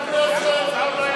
חבר הכנסת בן-ארי.